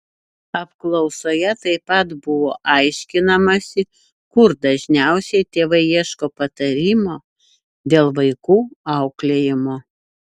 apklausoje taip pat buvo aiškinamasi kur dažniausiai tėvai ieško patarimo dėl vaikų auklėjimo